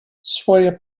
soyez